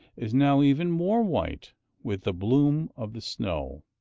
is now even more white with the bloom of the snow.